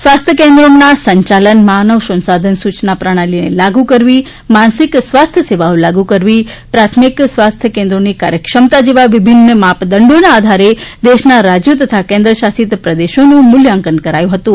સ્વાસ્થ્ય કેન્ન્રોના સંયાલન માનવ સંશાધન સૂયના પ્રણાલીને લાગુ કરવી માનસિક સ્વાસ્થ્ય સેવાઓ લાગુ કરવી પ્રાથમિક સ્વાસ્થ્ય કેન્દ્રોની કાર્યક્ષમતા જેવા વિભિન્ન માપદંડોના આધારે દેશના રાજ્યો તથા કેન્દ્ર શાસિત પ્રદેશોનું મુલ્યાંકન કરાયું હતું